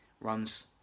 runs